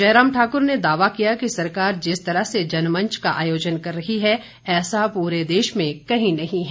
जयराम ठाक्र ने दावा किया कि सरकार जिस तरह से जनमंच का आयोजन कर रही है ऐसा पूरे देश में कहीं नहीं है